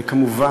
וכמובן,